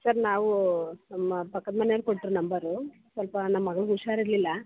sir ನಾವು ನಮ್ಮ ಪಕ್ಕದ ಮನೆಯವ್ರು ಕೊಟ್ಟರು ನಂಬರು ಸ್ವಲ್ಪ ನಮ್ಮ ಮಗಂಗೆ ಹುಷಾರಿರ್ಲಿಲ್ಲ